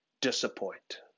disappoint